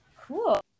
Cool